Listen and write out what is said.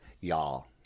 Y'all